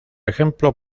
ejemplo